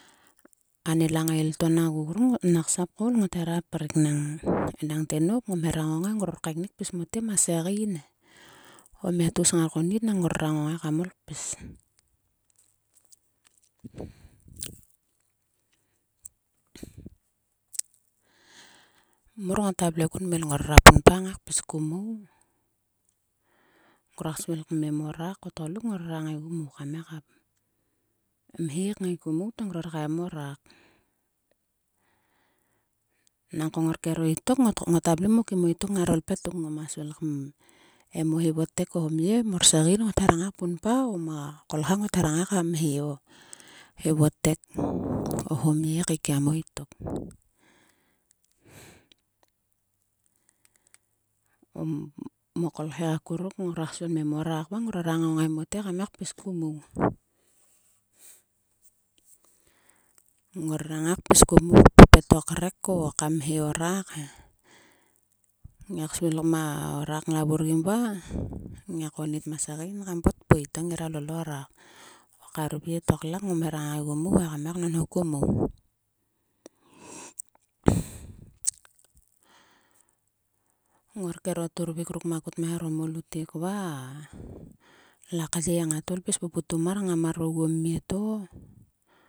Ani langail to nak gugurung nak sap koul ngot hera prik nang, enangte nop ngom hera ngongai ngor kaeknik pis mote ma segein he. O mia tgus ngar konit nang ngrora ngongai kam ol kpis. mor ngota vle kun meil. Ngrora punpa ngai pis ku mou. Ngruak svil kmen o rak o tgoluk ngrora ngaigu mou kam ngai ka mhe kngai ku mou to ngor kaen o rak. Nangko ngor kero itok. Ngota vle mo kim o tok ngaro ipetuk. Ngoma svil kam em o hivotek o homye. Morsegein ngot hera ngai kpunpa o ma kolkha ngothera ngai ka mhe o hivotek homye keikiemo itok. O mo kolkhek akuruk ngruak svil kmen o rak va ngrora ngongai mote kam ngai kpis ku mou. Ngrora ngai kpis ku mou. kpepet o krek o kam mhe o rak he. Ngiak svil ma rak nglavurgim va. ngiak konit ma segein kam petpui. to ngira lol o rak. O karvet o klak ngom hera ngaigu mou he km ngai knonhoku mou. Ngor kero turvik ruk makut kmeharom o lutek va a la kye ngat ol pis puputum mar ngamar oguom mie to.